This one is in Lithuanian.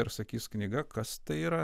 ir sakys knyga kas tai yra